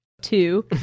Two